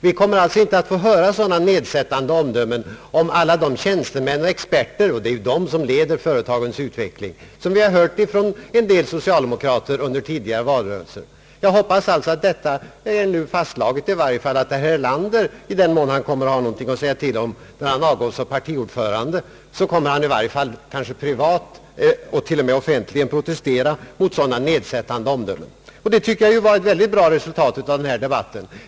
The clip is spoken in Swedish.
Vi kommer alltså inte att få höra sådana omdömen om tjänstemän och experter — och det är de som leder företagens utveckling — som vi hört från en del socialdemokrater under tidigare valrörelser. Jag hoppas detta är fastslaget och att herr Erlander — i den mån han har något att säga till om när han avgått som partiordförande — kommer att i varje fall privat, kanske också offentligt, protestera mot sådana omdömen. Detta tycker jag är ett bra resultat av denna debatt.